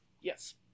Yes